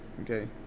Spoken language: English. Okay